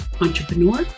entrepreneur